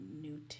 Newton